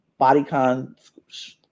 bodycon